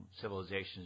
civilizations